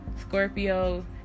Scorpio